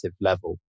level